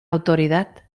autoridad